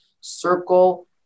Circle